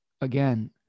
again